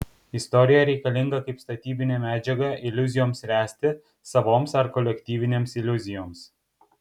istorija reikalinga kaip statybinė medžiaga iliuzijoms ręsti savoms ar kolektyvinėms iliuzijoms